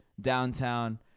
downtown